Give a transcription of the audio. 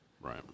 Right